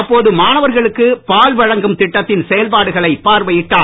அப்போது மாணவர்களுக்கு பால் வழங்கும் திட்டத்தின் செயல்பாடுகளை பார்வையிட்டார்